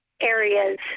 areas